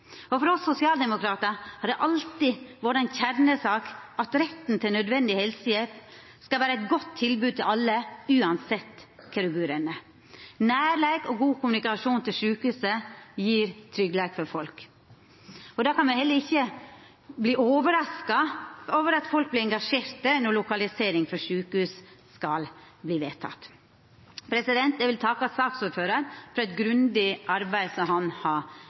våre. For oss sosialdemokratar har det alltid vore ei kjernesak at retten til nødvendig helsehjelp skal vera eit godt tilbod til alle, uansett kvar du bur. Nærleik og god kommunikasjon til sjukehuset gjev tryggleik for folk. Då kan me heller ikkje verta overraska over at folk engasjerer seg når ein skal vedta lokalisering av sjukehus. Eg vil takka saksordføraren for eit grundig arbeid